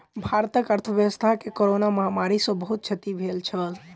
भारतक अर्थव्यवस्था के कोरोना महामारी सॅ बहुत क्षति भेल छल